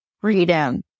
freedom